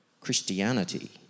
Christianity